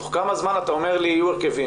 תוך כמה זמן אתה אומר לי, יהיו הרכבים?